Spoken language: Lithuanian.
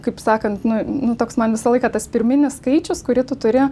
kaip sakant nu nu toks man visą laiką tas pirminis skaičius kurį tu turi